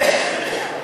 (סמכות